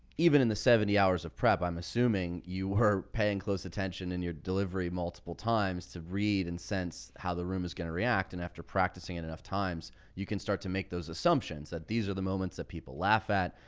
even in the seventy hours of prep, i'm assuming you were paying close attention and your delivery multiple times to read and sense how the room is going to react and after practicing it enough times, you can start to make those assumptions that these are the moments that people laugh at.